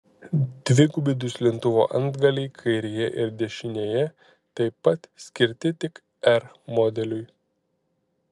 dvigubi duslintuvo antgaliai kairėje ir dešinėje taip pat skirti tik r modeliui